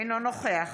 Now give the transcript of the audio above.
אינו נוכח